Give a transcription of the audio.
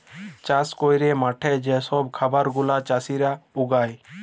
চাষ ক্যইরে মাঠে যে ছব খাবার গুলা চাষীরা উগায়